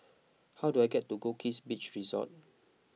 how do I get to Goldkist Beach Resort